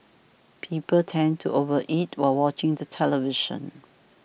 people tend to over eat while watching the television